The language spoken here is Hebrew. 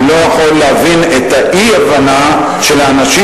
אני לא יכול להבין את האי-הבנה של האנשים